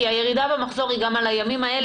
כי הירידה במחזור היא גם על הימים האלה.